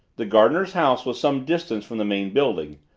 the gardener's house was some distance from the main building,